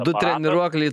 du treniruokliai